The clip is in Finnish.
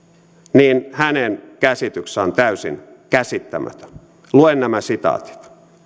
niin hänen käsityksensä on täysin käsittämätön luen nämä sitaatit